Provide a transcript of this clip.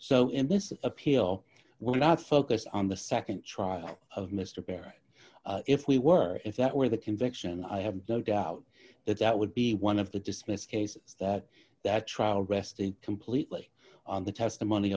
so in this appeal we're not focused on the nd trial of mr barrett if we were if that were the conviction i have no doubt that that would be one of the dismissed cases that that trial rested completely on the testimony